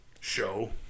show